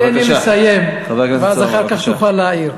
תן לי לסיים, בבקשה, חבר הכנסת סולומון.